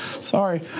sorry